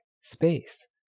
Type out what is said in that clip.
space